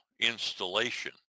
installation